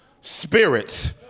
spirits